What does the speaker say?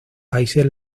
países